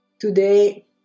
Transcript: Today